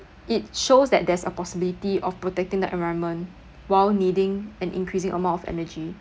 it shows that there's a possibility of protecting the environment while needing an increasing amount of energy